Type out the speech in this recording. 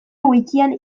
wikian